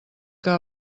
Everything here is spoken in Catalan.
que